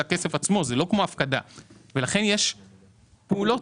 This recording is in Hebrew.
לכן, ישנן פעולות.